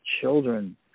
children